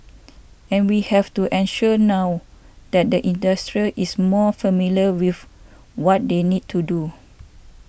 and we have to ensure now that the industrial is more familiar with what they need to do